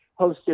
hosted